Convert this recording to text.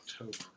October